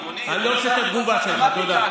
זה מתמטיקה.